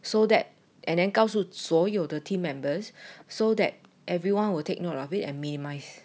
so that and then 告诉所有的 team members so that everyone will take note of it and minimize